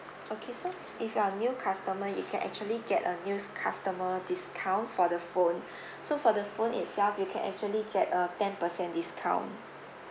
so if you are a new customer you can actually get a news customer discount for the phone so for the phone itself you can actually get a ten percent discount